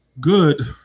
good